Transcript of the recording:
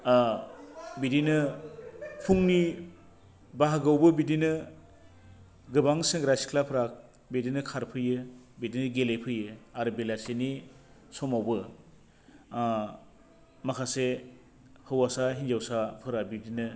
बिदिनो फुंनि बाहागोयावबो बिदिनो गोबां सेग्रा सिख्लाफ्रा बिदिनो खारफैयो बिदि गेलेफैयो आरो बेलासिनि समावबो माखासे हौवासा हिन्जावसाफोरा बिदिनो